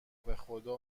بخدا